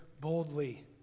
boldly